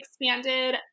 expanded